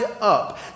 up